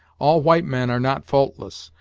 all white men are not faultless,